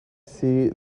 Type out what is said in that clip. see